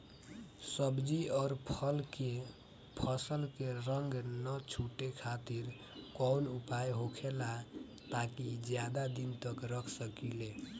सब्जी और फल के फसल के रंग न छुटे खातिर काउन उपाय होखेला ताकि ज्यादा दिन तक रख सकिले?